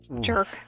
jerk